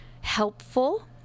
helpful